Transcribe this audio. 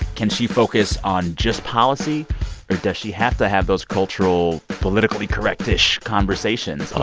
can she focus on just policy? or does she have to have those cultural politically correct-ish conversations?